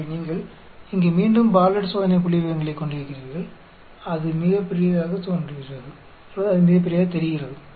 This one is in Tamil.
எனவே இங்கே நீங்கள் மீண்டும் பார்ட்லெட் சோதனை புள்ளிவிவரங்களை கொண்டிருக்கின்றீர்கள் அது மிகப் பெரியதாகத் தெரிகிறது